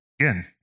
Again